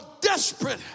desperate